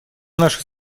наши